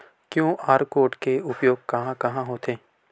QR code के उपयोग कहां कहां होथे?